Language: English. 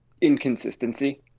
inconsistency